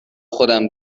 خودم